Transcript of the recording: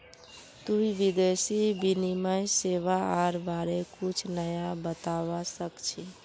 तुई विदेशी विनिमय सेवाआर बारे कुछु नया बतावा सक छी